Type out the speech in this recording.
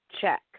Check